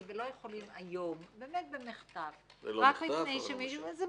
ולא יכולים היום במחטף --- זה לא מחטף,